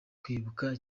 kwibuka